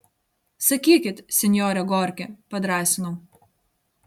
sakykit sinjore gorki padrąsinau